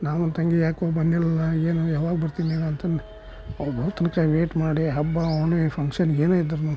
ನಾನು ನನ್ನ ತಂಗಿ ಯಾಕೋ ಬಂದಿಲ್ಲವಲ್ಲ ಏನು ಯಾವಾಗ ಬರ್ತಿ ನೀನು ಅಂತಂದು ಅವ್ರು ಬರೋ ತನಕ ವೆಯ್ಟ್ ಮಾಡಿ ಹಬ್ಬ ಹುಣ್ಣಿಮೆ ಫಂಕ್ಷನ್ ಏನೇ ಇದ್ರೂ